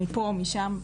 מפה ומשם,